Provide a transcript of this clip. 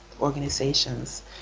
organizations